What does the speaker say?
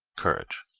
courage.